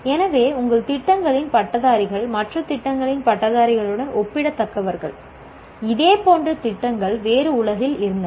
எனவே எங்கள் திட்டங்களின் பட்டதாரிகள் மற்ற திட்டங்களின் பட்டதாரிகளுடன் ஒப்பிடத்தக்கவர்கள் இதே போன்ற திட்டங்கள் வேறு உலகில் இருந்தன